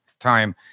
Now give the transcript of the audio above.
time